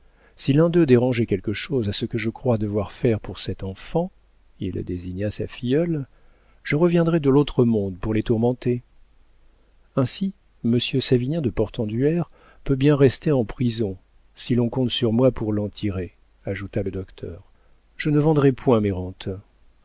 si l'un d'eux dérangeait quelque chose à ce que je crois devoir faire pour cet enfant il désigna sa filleule je reviendrais de l'autre monde pour les tourmenter ainsi monsieur savinien de portenduère peut bien rester en prison si l'on compte sur moi pour l'en tirer ajouta le docteur je ne vendrai point mes